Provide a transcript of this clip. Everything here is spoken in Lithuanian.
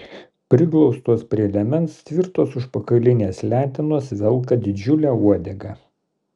priglaustos prie liemens tvirtos užpakalinės letenos velka didžiulę uodegą